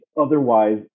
otherwise